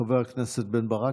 חבר הכנסת בן ברק.